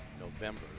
November